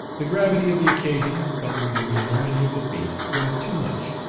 the gravity of the occasion, coupled with the enormity of the feast, was too much,